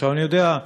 אני יודע,